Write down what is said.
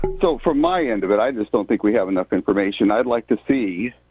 so from my end of it, i just don't think we have enough information. i'd like to see,